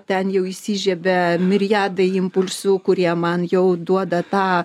ten jau įsižiebia miriadai impulsų kurie man jau duoda tą